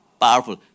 powerful